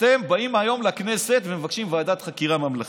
אתם באים היום לכנסת ומבקשים ועדת חקירה ממלכתית.